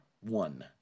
one